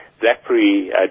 BlackBerry